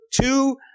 two